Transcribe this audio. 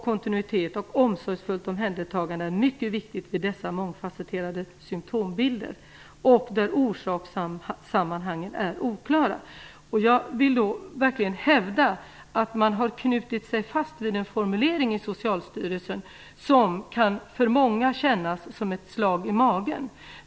Kontinuitet och omsorgsfullt omhändertagande är mycket viktigt vid dessa mångfasetterade symtombilder där orsakssammanhangen är oklara. Jag vill verkligen hävda att Socialstyrelsen har knutit sig fast vid en formulering som för många kan kännas som ett slag i magen.